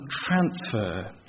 transfer